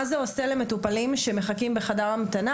מה זה עושה למטופלים שמחכים בחדר המתנה?